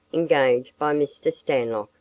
engaged by mr. stanlock,